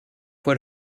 fois